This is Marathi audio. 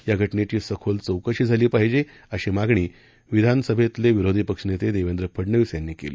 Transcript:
या घटनेची सखोल चौकशी झाली पाहिजे अशी मागणी विधानसभेचे विरोधी पक्षनेते देवेंद्र फडनवीस यांनी केली